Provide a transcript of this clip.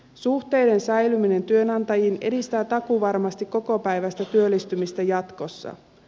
suhteiden säilyminen työnantajiin edistää takuuvarmasti kokopäiväistä työllistymistä jatkossa